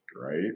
Right